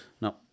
no